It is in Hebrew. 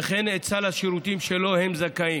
וכן את סל השירותים שלו הם זכאים.